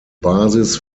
basis